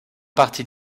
partie